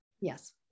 Yes